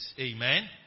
Amen